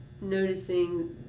noticing